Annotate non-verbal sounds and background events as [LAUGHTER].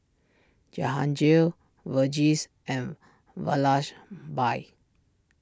Jahangir Verghese and [UNINTELLIGIBLE] bye